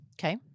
Okay